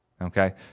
Okay